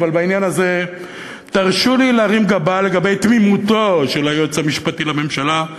אבל בעניין הזה תרשו לי להרים גבה לגבי תמימותו של היועץ המשפטי לממשלה.